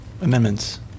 amendments